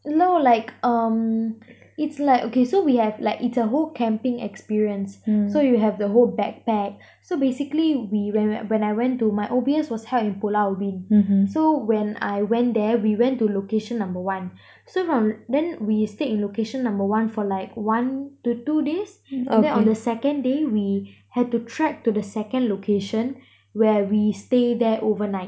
you like um it's like okay so we have like it's a whole camping experience so you have the whole backpack so basically we when when when I went to my O_B_S was held in pulau ubin so when I went there we went to location number one so from then we stayed in location number one for like one to two days then on the second day we had to trek to the second location where we stay there overnight